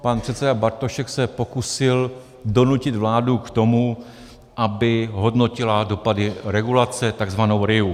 Pan předseda Bartošek se pokusil donutit vládu k tomu, aby hodnotila dopady regulace, tzv. RIA.